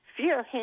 Fear